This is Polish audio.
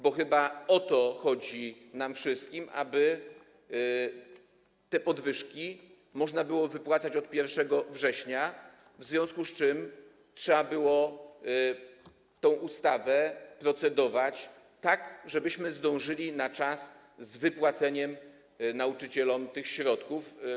Bo chyba o to chodzi nam wszystkim, aby te podwyżki można było wypłacać od 1 września, w związku z czym trzeba było nad tą ustawą tak procedować, żebyśmy zdążyli na czas z wypłaceniem nauczycielom tych środków.